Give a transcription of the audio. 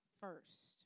first